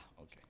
okay